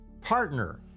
partner